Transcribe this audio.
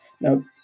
Now